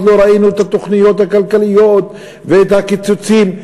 לא ראינו את התוכניות הכלכליות ואת הקיצוצים,